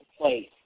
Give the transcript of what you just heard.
place